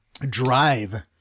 drive